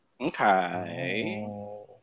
Okay